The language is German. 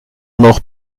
noch